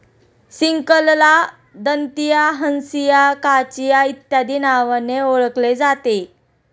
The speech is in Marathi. सिकलला दंतिया, हंसिया, काचिया इत्यादी नावांनी ओळखले जाते